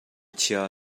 chia